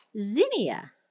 zinnia